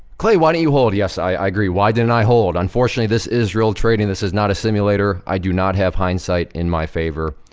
clay, why don't you hold? yes, i agree, why didn't i hold? unfortunately, this is real trading, this is not a simulator, i do not have hindsight in my favor,